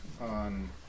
on